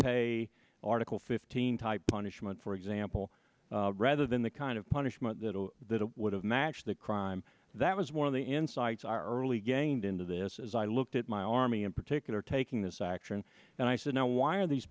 pay article fifteen type punishment for example rather than the kind of punishment that would have matched the crime that was one of the insights our early gained into this as i looked at my army in particular taking this action and i said now why are these